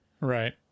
Right